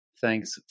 thanks